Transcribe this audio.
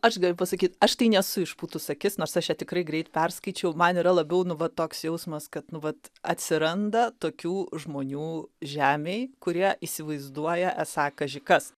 aš galiu pasakyt aš tai nesu išpūtus akis nors aš ją tikrai greit perskaičiau man yra labiau nu va toks jausmas kad nu vat atsiranda tokių žmonių žemėj kurie įsivaizduoja esą kaži kas